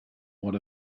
what